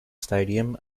stadium